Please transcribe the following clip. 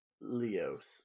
Leos